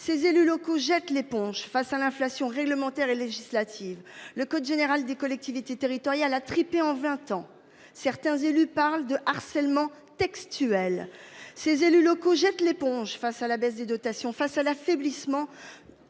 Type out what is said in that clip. Ces élus locaux jette l'éponge face à l'inflation réglementaire et législative le code général des collectivités territoriales a trippé en 20 ans. Certains élus parlent de harcèlement textuel. Ces élus locaux jette l'éponge face à la baisse des dotations face à l'affaiblissement.